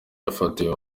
yafatiwe